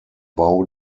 bau